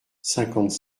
cinquante